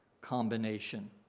combination